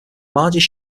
largest